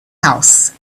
house